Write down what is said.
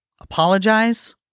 apologize